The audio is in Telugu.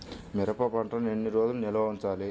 మిరప పంటను ఎన్ని రోజులు నిల్వ ఉంచాలి?